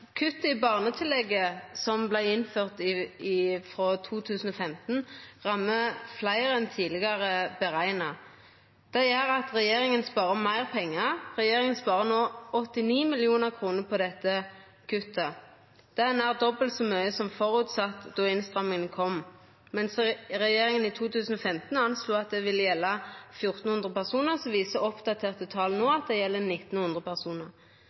Kutt i barnetillegget som vart innført frå 2015, rammer fleire enn tidlegare berekna. Det gjer at regjeringa sparar meir pengar. Regjeringa sparar no 89 mill. kr på dette kuttet. Det er nær dobbelt så mykje som føresett då innstramminga kom. Mens regjeringa i 2015 anslo at det ville gjelda 1 400 personar, viser oppdaterte tal no at det gjeld 1 900 personar.